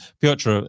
Piotr